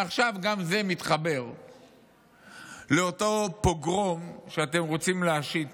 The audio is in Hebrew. עכשיו גם זה מתחבר לאותו פוגרום שאתם רוצים להשית